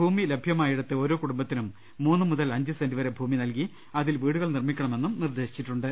ഭൂമി ലഭ്യമായിടത്ത് ഓരോ കുടുംബത്തിനും മൂന്നു മുതൽ അഞ്ച് സെന്റ് വരെ ഭൂമി നൽകി അതിൽ വീടുകൾ നിർമിക്കണ മെന്നും നിർദേശിച്ചിട്ടുണ്ട്